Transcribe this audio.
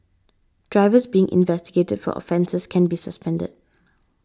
drivers being investigated for offences can be suspended